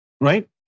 Right